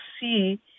see